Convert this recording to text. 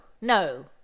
no